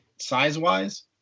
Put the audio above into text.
size-wise